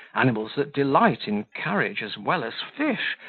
animals that delight in carriage as well as fish,